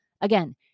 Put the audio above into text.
Again